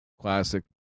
classic